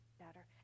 better